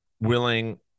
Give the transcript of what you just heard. willing